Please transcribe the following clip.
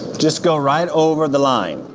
just go right over the line.